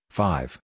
five